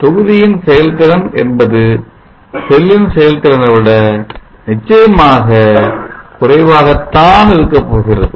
எனவே தொகுதியின் செயல்திறன் என்பது செல்லின் செயல்திறனை விட நிச்சயமாக குறைவாகத்தான் இருக்கப்போகிறது